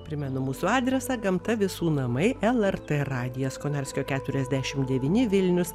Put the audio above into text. primenu mūsų adresą gamta visų namai lrt radijas konarskio keturiasdešim devyni vilnius